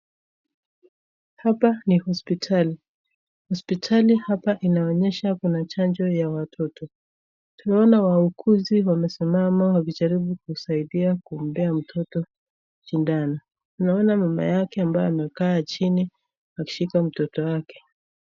Hapa ni hospitali, hospitali hapa inaonyesha kuna chanjo ya watoto. Tunaona wauguzi wamesimama wakijaribu kusaidia kumpea mtoto sindano. Tunaona mama yake ambaye amekaa chini akishika mtoto wake.